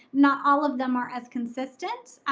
not all of them are as consistent.